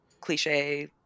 cliche